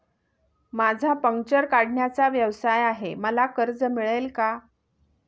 माझा पंक्चर काढण्याचा व्यवसाय आहे मला कर्ज मिळेल का?